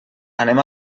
anem